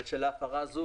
אבל של ההפרה הזו.